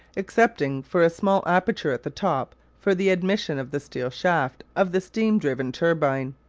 excepting for a small aperture at the top for the admission of the steel shaft of the steam-driven turbine.